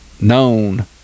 known